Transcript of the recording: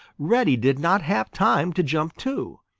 reddy did not have time to jump too,